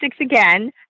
again